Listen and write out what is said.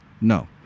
No